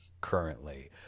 currently